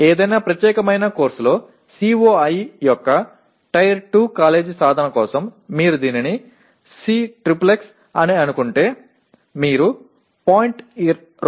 ఏదైనా ప్రత్యేకమైన కోర్సులో COI యొక్క టైర్ 2 కాలేజీ సాధన కోసం మీరు దీనిని Cxxx అని అనుకుంటే మీరు 0